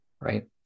right